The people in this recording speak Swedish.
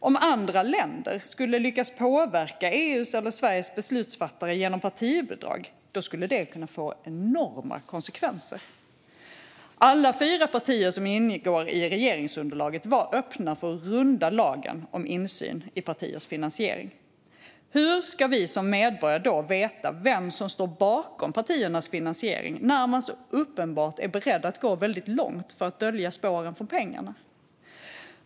Om andra länder skulle lyckas påverka EU:s eller Sveriges beslutsfattare genom partibidrag skulle det kunna få enorma konsekvenser. Alla fyra partier som ingår i regeringsunderlaget var öppna för att runda lagen om insyn i partiers finansiering. Hur ska vi som medborgare då veta vem som står bakom partiernas finansiering när man så uppenbart är beredd att gå väldigt långt för att dölja spåren för pengarna?